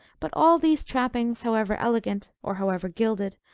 but all these trappings, however elegant, or however gilded,